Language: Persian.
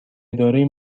اداره